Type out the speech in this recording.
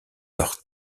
leurs